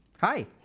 Hi